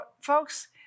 folks